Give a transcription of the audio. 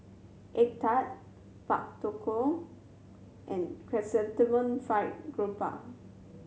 egg tart Pak Thong Ko and Chrysanthemum Fried Garoupa